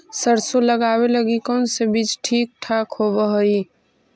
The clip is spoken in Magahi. सरसों लगावे लगी कौन से बीज ठीक होव हई?